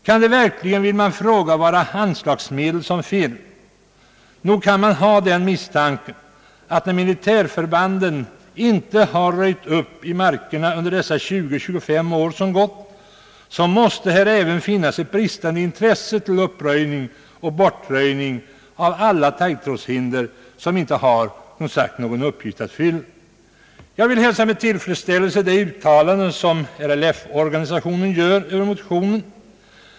Kan det verkligen, vill man fråga, vara anslagsmedel som fattas? Nog kan man ha den misstanken att när militärförbanden inte röjt upp i markerna under dessa 20—25 år som gått, måste det även finnas ett bristande intresse för uppröjningen och bortröjningen av alla taggtrådshinder som inte har någon uppgift att fylla. Jag vill hälsa med tillfredsställelse det uttalande som RLF-organisationen gör över motionen.